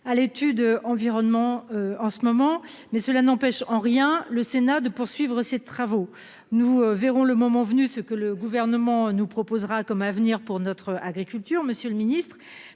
à l'étude environnement en ce moment, mais cela n'empêche en rien le Sénat de poursuivre ses travaux. Nous verrons le moment venu, ce que le gouvernement nous proposera comme avenir pour notre agriculture, Monsieur le Ministre,